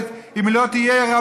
אם היא לא תהיה מבוזרת,